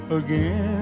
again